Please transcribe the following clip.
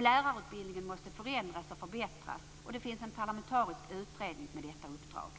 Lärarutbildningen måste förändras och förbättras, och det finns en parlamentarisk utredning med detta uppdrag.